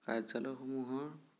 কাৰ্যালয়সমূহৰ